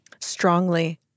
Strongly